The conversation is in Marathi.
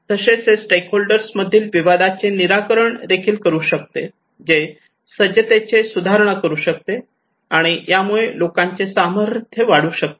तसेच हे स्टेकहोल्डर्स मधील विवादाचे निराकरण देखील करू शकते ते सज्जतेत सुधारणा करू शकते आणि यामुळे लोकांचे सामर्थ्य वाढू शकते